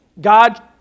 God